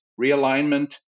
realignment